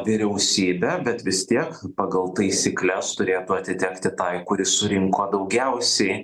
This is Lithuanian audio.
vyriausybę bet vis tiek pagal taisykles turėtų atitekti tai kuri surinko daugiausiai